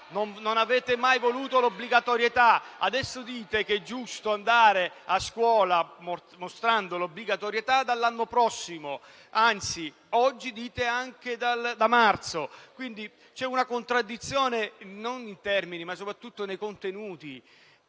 Non avete mai voluto l'obbligatorietà. Adesso dite che è giusto andare a scuola con l'obbligatorietà vaccinale dall'anno prossimo; anzi, oggi dite anche a partire da marzo. Quindi, c'è una contraddizione non nei termini ma soprattutto nei contenuti.